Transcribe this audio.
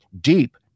deep